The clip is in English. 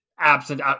Absent